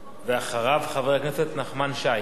ואחריו, חבר הכנסת נחמן שי.